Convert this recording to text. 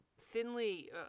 thinly